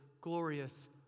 glorious